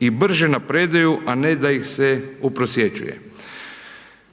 i brže napredaju a ne da ih se …/Govornik se ne razumije./…